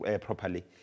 properly